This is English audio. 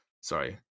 Sorry